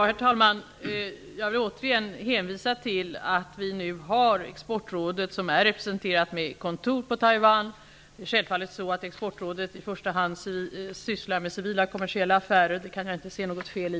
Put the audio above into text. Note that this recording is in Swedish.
Herr talman! Jag vill åter hänvisa till att Exportrådet nu är representerat med kontor på Taiwan. Självfallet sysslar Exportrådet i första hand med civila kommersiella affärer. Det kan jag inte se något fel i.